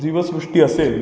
जीवसृष्टी असेल